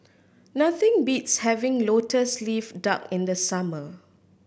nothing beats having Lotus Leaf Duck in the summer